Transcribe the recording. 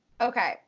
Okay